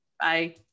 Bye